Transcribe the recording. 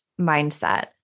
mindset